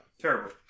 Terrible